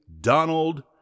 Donald